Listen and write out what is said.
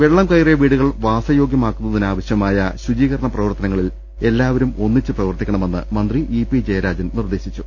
വെള്ളം കയറിയ വീടുകൾ വാസയോഗ്യമാക്കുന്നതിനാവശ്യമാ യ ശുചീകരണ പ്രവർത്തനങ്ങളിൽ എല്ലാവരും ഒന്നിച്ച് പ്രവർത്തി ക്കണമെന്ന് മന്ത്രി ഇ പി ജയരാജൻ നിർദേശിച്ചു